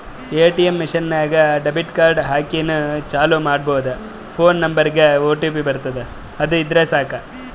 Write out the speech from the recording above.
ATM machine ನಾಗ್ debit card ಹಾಕಿನೂ ಚಾಲೂ ಮಾಡ್ಕೊಬೋದು ಫೋನ್ ನಂಬರ್ಗ್ ಒಟಿಪಿ ಬರ್ತುದ್ ಅದು ಇದ್ದುರ್ ಸಾಕು